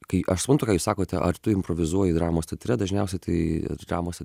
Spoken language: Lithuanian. kai aš suprantu ką jūs sakote ar tu improvizuoji dramos teatre dažniausiai tai aš dramos